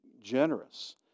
generous